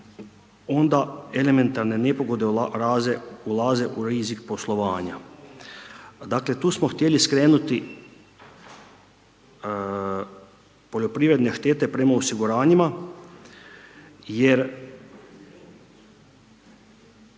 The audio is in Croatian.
onda elementarne nepogode ulaze u rizik poslovanja. Dakle tu smo htjeli skrenuti poljoprivredne štete prema osiguranjima jer